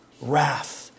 wrath